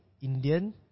Indian